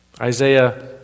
Isaiah